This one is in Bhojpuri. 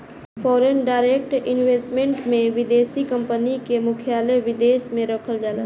फॉरेन डायरेक्ट इन्वेस्टमेंट में विदेशी कंपनी के मुख्यालय विदेश में रखल जाला